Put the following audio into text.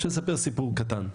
אני רוצה לספר סיפור קטן.